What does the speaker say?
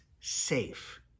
safe